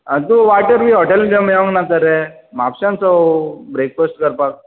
तूं वाटेर यो हॉटेलां थंय मेळूंक ना तर रे म्हापशान सो ब्रेकफस्ट करपाक